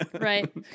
right